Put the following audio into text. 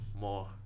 more